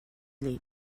dir